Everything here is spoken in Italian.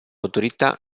autorità